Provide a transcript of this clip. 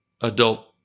adult